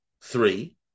three